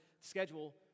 schedule